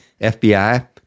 FBI